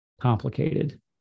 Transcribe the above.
complicated